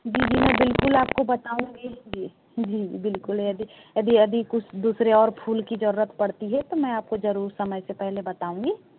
जी जी मैं बिल्कुल आपको बताऊँगी जी जी बिल्कुल यदि यदि कुछ दूसरे और फूल की ज़रूरत पड़ती है तो मैं आपको ज़रूर समय से पहले बताऊँगी